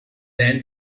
than